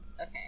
okay